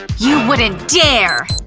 you wouldn't dare.